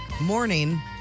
Morning